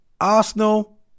Arsenal